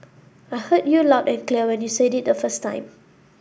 I heard you loud and clear when you said it the first time